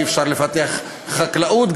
אי-אפשר לפתח חקלאות,